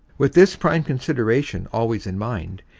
vith this prime consideration always in mind,